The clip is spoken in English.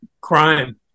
crime